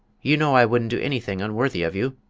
you know i wouldn't do anything unworthy of you!